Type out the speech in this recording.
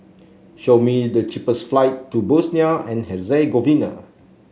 show me the cheapest flight to Bosnia and Herzegovina